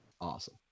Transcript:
Awesome